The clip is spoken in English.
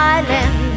Island